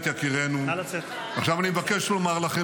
ואל תטיפו לי גם, אמרתם שלא נחזיר